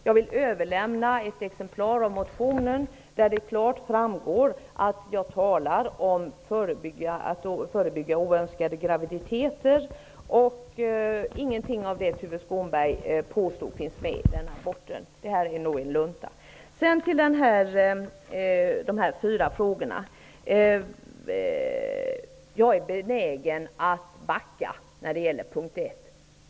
Jag vill överlämna ett exemplar av motionen, där det klart framgår att jag talar om att förebygga oönskade graviditeter och att ingenting av det Tuve Skånberg påstår finns med där. Sedan till de fyra frågorna. Jag är benägen att backa när det gäller punkt ett.